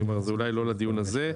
כלומר, זה אולי לא לדיון הזה.